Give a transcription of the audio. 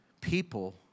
people